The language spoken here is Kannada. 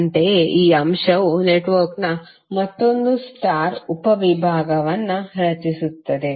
ಅಂತೆಯೇಈ ಅಂಶವು ನೆಟ್ವರ್ಕ್ನ ಮತ್ತೊಂದು ಸ್ಟಾರ್ ಉಪವಿಭಾಗವನ್ನು ರಚಿಸುತ್ತದೆ